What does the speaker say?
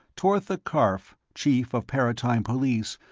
tortha karf, chief of paratime police,